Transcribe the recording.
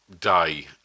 day